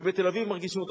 ובתל-אביב מרגישים אותה.